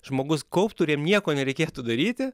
žmogus kauptų ir jam nieko nereikėtų daryti